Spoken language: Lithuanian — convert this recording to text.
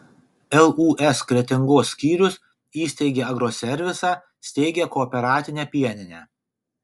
lūs kretingos skyrius įsteigė agroservisą steigia kooperatinę pieninę